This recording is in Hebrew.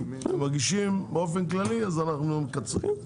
אנחנו מדגישים באופן כללי, אז אנחנו מקצרים.